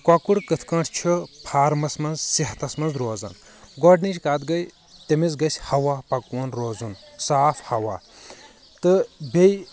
کۄکُر کِتھ کٲٹھۍ چھُ فارمس منٛز صحتس منٛز روزان گۄڈنٕچ کتھ گٔے تٔمِس گژھہِ ہوا پکوُن روزُن صاف ہوا تہٕ بییٚہِ